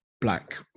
black